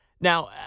Now